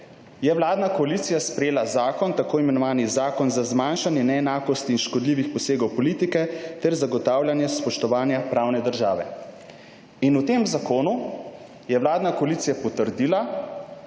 koalicija sprejela zakon, tako imenovani Zakon za zmanjšanje neenakosti in škodljivih posegov politike ter zagotavljanje spoštovanja pravne države. V tem zakonu je vladna koalicija potrdila,